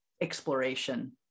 exploration